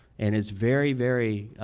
and it's very very